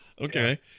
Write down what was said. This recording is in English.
Okay